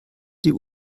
die